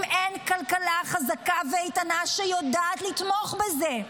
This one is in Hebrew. אם אין כלכלה חזקה ואיתנה שיודעת לתמוך בזה?